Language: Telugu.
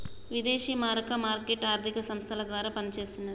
విదేశీ మారక మార్కెట్ ఆర్థిక సంస్థల ద్వారా పనిచేస్తన్నది